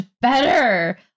better